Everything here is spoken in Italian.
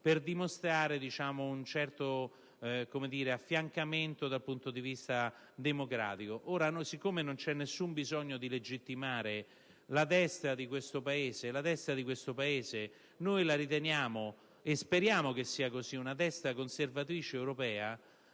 per dimostrare un certo affiancamento dal punto di vista democratico. In realtà, non vi è alcun bisogno di legittimare la destra di questo Paese, che noi riteniamo e speriamo sia una destra conservatrice europea,